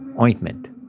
ointment